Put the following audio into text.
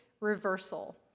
reversal